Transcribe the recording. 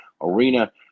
arena